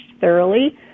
thoroughly